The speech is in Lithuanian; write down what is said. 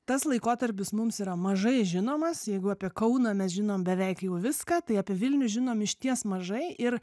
tas laikotarpis mums yra mažai žinomas jeigu apie kauną mes žinom beveik jau viską tai apie vilnių žinom išties mažai ir